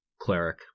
cleric